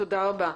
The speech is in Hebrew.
תודה רבה.